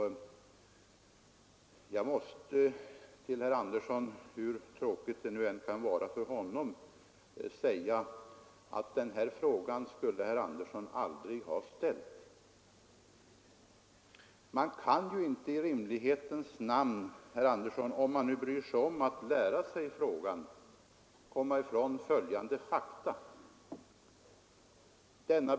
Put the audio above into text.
Jag måste till herr Andersson, hur tråkigt det nu än kan vara för honom, säga att den här frågan skulle herr Andersson aldrig ha ställt. Man kan ju inte i rimlighetens namn, herr Andersson, om man nu bryr sig om att lära sig saken, komma ifrån följande fakta.